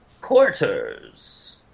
Quarters